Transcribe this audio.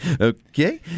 okay